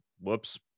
whoops